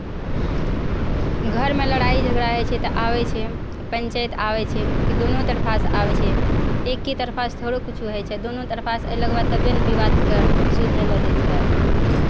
घरमे लड़ाइ झगड़ा होइ छै तऽ आबै छै पञ्चायत आबै छै कि दुनू तरफासँ आबै छै एक ही तरफासँ थोड़े किछु होइ छै दुनू तरफासँ अयलैके बाद तबे ने विवादकेँ सुलझैलो जाइ छै